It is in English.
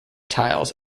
tiles